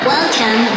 Welcome